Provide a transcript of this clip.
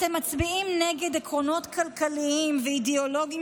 אתם מצביעים נגד עקרונות כלכליים ואידיאולוגיים